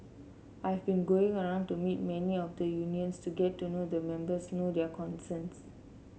I've been going around to meet many of the unions to get to know the members know their concerns